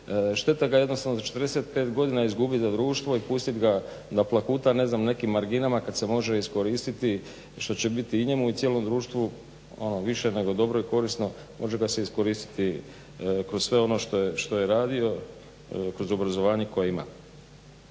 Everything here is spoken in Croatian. šteta ga je jednostavno do 45 godina izgubiti za društvo i pustiti ga da plahuta ne znam nekim marginama kad se može iskoristiti što će biti i njemu i cijelom društvu ono više nego dobro i korisno. Može ga se iskoristiti kroz sve ono što je radio, kroz obrazovanje koje ima.